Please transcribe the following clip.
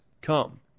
come